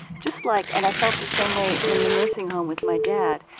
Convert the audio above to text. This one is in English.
just like, and i felt the same way in the nursing home with my dad,